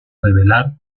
revelar